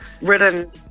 written